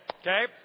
Okay